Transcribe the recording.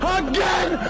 again